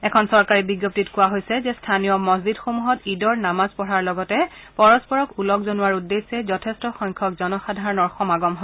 এখন চৰকাৰী বিজ্ঞপ্তিত কোৱা হৈছে যে স্থানীয় মছজিদসমূহত ঈদৰ নামাজ পঢ়াৰ লগতে পৰস্পৰক ওলগ জনোৱাৰ উদ্দেশ্যে যথেষ্ট সংখ্যক জনসাধাৰণৰ সমাগম হয়